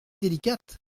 délicate